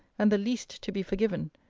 and the least to be forgiven,